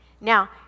Now